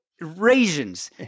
raisins